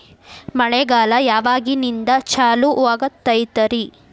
ಮಳೆಗಾಲ ಯಾವಾಗಿನಿಂದ ಚಾಲುವಾಗತೈತರಿ?